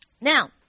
Now